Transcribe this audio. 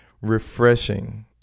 refreshing